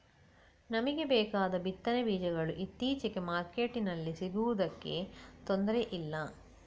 ನಮಿಗೆ ಬೇಕಾದ ಬಿತ್ತನೆ ಬೀಜಗಳು ಇತ್ತೀಚೆಗೆ ಮಾರ್ಕೆಟಿನಲ್ಲಿ ಸಿಗುದಕ್ಕೆ ತೊಂದ್ರೆ ಇಲ್ಲ